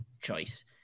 choice